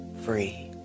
free